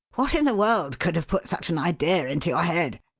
what in the world could have put such an idea into your head?